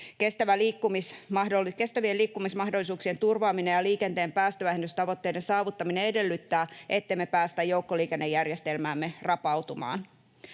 Kestävien liikkumismahdollisuuksien turvaaminen ja liikenteen päästövähennystavoitteiden saavuttaminen edellyttävät, ettemme päästä joukkoliikennejärjestelmäämme rapautumaan.